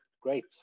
great